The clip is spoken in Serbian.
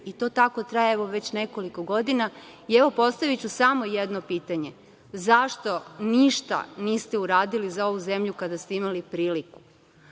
i to tako traje već nekoliko godina. Postaviću samo jedno pitanje - zašto ništa niste uradili za ovu zemlju kada ste imali priliku? Duboko